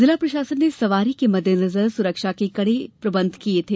जिला प्रशासन ने सवारी के मद्देनजर सुरक्षा के कड़े प्रबंध किए है